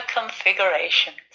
configurations